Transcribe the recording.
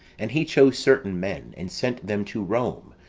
and he chose certain men, and sent them to rome,